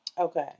Okay